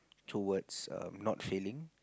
towards um not failing